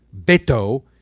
Beto